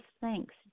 thanks